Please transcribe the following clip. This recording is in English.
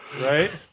Right